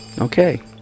Okay